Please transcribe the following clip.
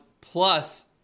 plus